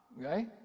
okay